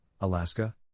Alaska